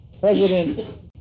President